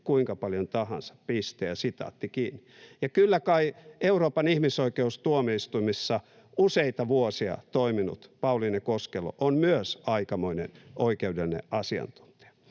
kuinka paljon tahansa.” Ja kyllä kai myös Euroopan ihmisoikeustuomioistuimessa useita vuosia toiminut Pauliine Koskelo on aikamoinen oikeudellinen asiantuntija.